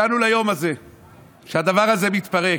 הגענו ליום הזה שהדבר הזה מתפרק.